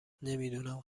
نمیدونم